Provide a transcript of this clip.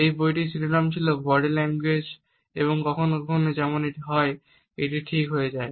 এই বইটির শিরোনাম ছিল বডি ল্যাঙ্গুয়েজ আর কখনো কখনো যেমন হয় এটি ঠিক হয়ে যায়